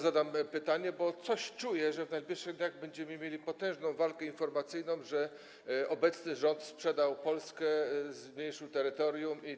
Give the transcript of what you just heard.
Zadam pytanie, bo coś czuję, że w najbliższych dniach będziemy mieli potężną walkę informacyjną, że obecny rząd sprzedał Polskę, zmniejszył terytorium itd.